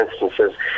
instances